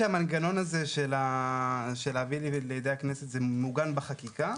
שהמנגנון הזה של להביא לידי הכנסת הוא מעוגן בחקיקה.